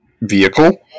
vehicle